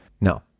No